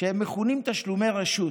שמכונים "תשלומי רשות".